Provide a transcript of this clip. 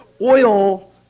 oil